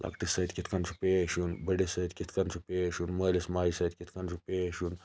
لَکٹِس سۭتۍ کِتھ کٔنۍ چھُ پیش یُن بٔڑِس سۭتۍ کِتھ کنۍ چھُ پیش یُن مٲلِس ماجہِ سۭتۍ کِتھ کنۍ چھُ پیش یُن